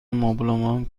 مبلمان